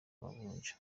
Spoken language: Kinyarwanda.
amavunja